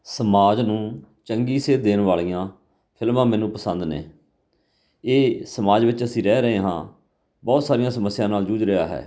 ਸਮਾਜ ਨੂੰ ਚੰਗੀ ਸੇਧ ਦੇਣ ਵਾਲੀਆਂ ਫਿਲਮਾਂ ਮੈਨੂੰ ਪਸੰਦ ਨੇ ਇਹ ਸਮਾਜ ਵਿੱਚ ਅਸੀਂ ਰਹਿ ਰਹੇ ਹਾਂ ਬਹੁਤ ਸਾਰੀਆਂ ਸਮੱਸਿਆ ਨਾਲ ਜੂਝ ਰਿਹਾ ਹੈ